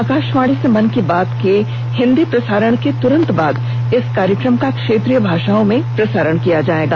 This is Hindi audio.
आकाशवाणी से मन्न की बात के हिंदी प्रसारण के तुरन्त बाद इस कार्यक्रम का क्षेत्रीय भाषाओं में प्रसारण किया जायेगा